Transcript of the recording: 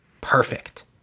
perfect